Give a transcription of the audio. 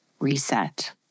Reset